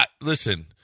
listen